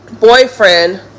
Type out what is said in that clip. boyfriend